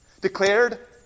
Declared